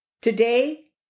Today